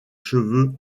cheveux